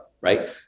right